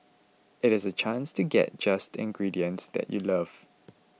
it is a chance to get just ingredients that you love